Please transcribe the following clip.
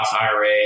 IRA